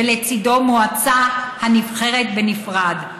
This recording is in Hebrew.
ולצידו מועצה הנבחרת בנפרד.